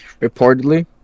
reportedly